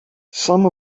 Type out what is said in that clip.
some